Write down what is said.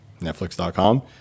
netflix.com